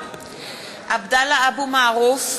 (קוראת בשמות חברי הכנסת) עבדאללה אבו מערוף,